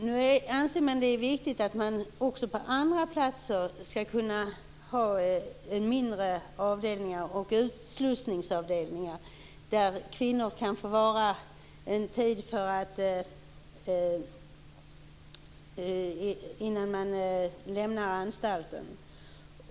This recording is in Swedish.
Nu anser man att det är viktigt att man också på andra platser skall kunna ha mindre avdelningar och utslussningsavdelningar, där kvinnor kan få vara en tid innan de lämnar anstalten.